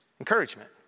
encouragement